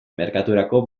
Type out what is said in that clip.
merkaturako